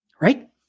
Right